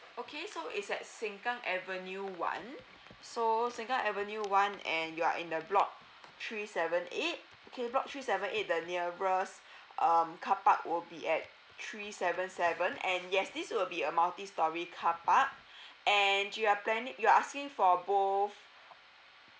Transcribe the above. okay so is at sengkang avenue one so sengkang avenue one and you are in the block three seven eight okay block three seven eight the nearest um carpark will be at three seven seven and yes this will be a multi storey carpark and you are planning you are asking for both